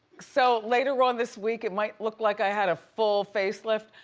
so, later on this week it might look like i had a full facelift,